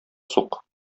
сук